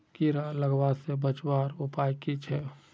कीड़ा लगवा से बचवार उपाय की छे?